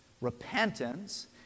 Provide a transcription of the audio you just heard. repentance